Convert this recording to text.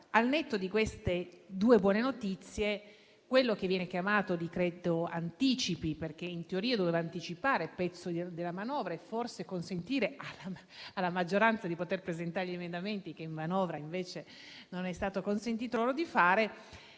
Al netto di queste due buone notizie, l'esito di quello che viene chiamato decreto anticipi - in teoria doveva anticipare parte della manovra e forse consentire alla maggioranza di poter presentare gli emendamenti che in manovra invece non le è stato consentito fare